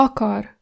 Akar